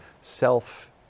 self